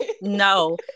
No